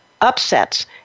upsets